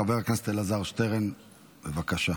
חבר הכנסת אלעזר שטרן, בבקשה.